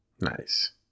Nice